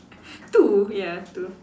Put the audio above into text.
two ya two